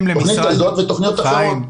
התוכנית הזו ותוכניות אחרות.